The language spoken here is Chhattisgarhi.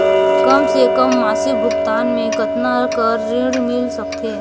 कम से कम मासिक भुगतान मे कतना कर ऋण मिल सकथे?